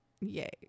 yay